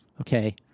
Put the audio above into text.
okay